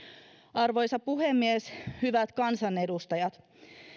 arvoisa puhemies hyvät kansanedustajat